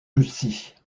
russie